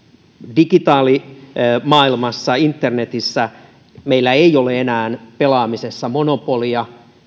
digitaalimaailmassa internetissä meillä ei ole enää pelaamisessa monopolia